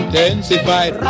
Intensified